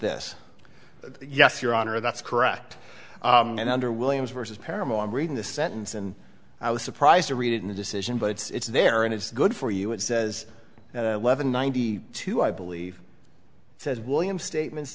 this yes your honor that's correct and under williams vs parable i'm reading this sentence and i was surprised to read it in the decision but it's there and it's good for you it says levin ninety two i believe says william statements